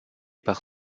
par